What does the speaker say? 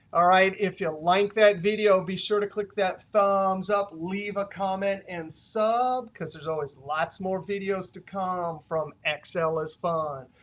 all right, if you like that video, be sure to click that thumbs up, leave a comment, and sub. because there's always lots more videos to come um from excel is fun.